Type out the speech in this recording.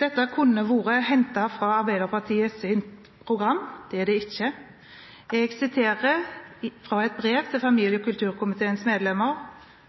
Dette kunne vært hentet fra Arbeiderpartiets program. Det er det ikke. Jeg siterte fra et brev til familie- og kulturkomiteens medlemmer,